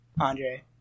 Andre